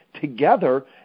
together